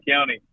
County